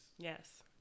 Yes